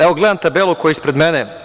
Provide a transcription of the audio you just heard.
Evo, gledam tabelu koja je ispred mene.